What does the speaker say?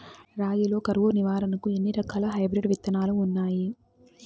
రాగి లో కరువు నివారణకు ఎన్ని రకాల హైబ్రిడ్ విత్తనాలు ఉన్నాయి